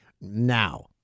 now